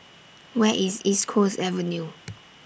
Where IS East Coast Avenue